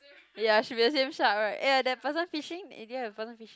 ya should be the same shark right eh ya that person fishing eh do you have a person fishing